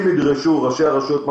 אם ידרשו ראשי הרשויות הערבים,